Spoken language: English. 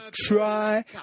try